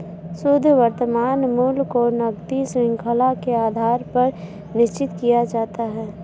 शुद्ध वर्तमान मूल्य को नकदी शृंखला के आधार पर निश्चित किया जाता है